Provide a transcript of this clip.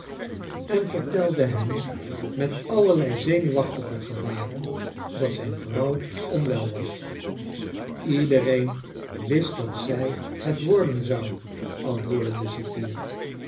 en vertelde hem met allerlei zenuwachtige gebaren dat zijn vrouw onwel was ledereen wist dat zij het worden zou antwoordde de cipier